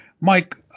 Mike